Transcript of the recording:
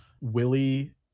Willie